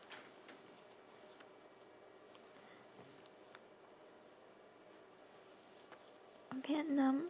vietnam